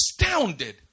astounded